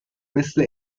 مثل